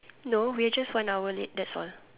no we are just one hour late that's all